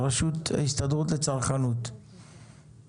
שלא יפלו למלכודות צרכניות כמו שבדרך